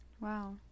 Wow